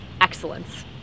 excellence